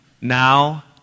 Now